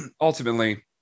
ultimately